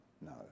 No